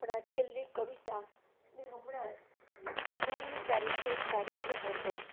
પણ આ છેલ્લી કવિતા મેં હમણાં જ અઢારમી તારીખે એક કાર્યક્રમ હતો